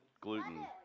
gluten